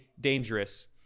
dangerous